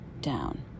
down